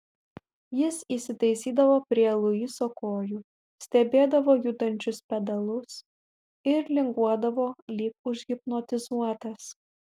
jis įsitaisydavo prie luiso kojų stebėdavo judančius pedalus ir linguodavo lyg užhipnotizuotas